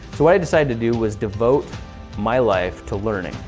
so what i decided to do was devote my life to learning.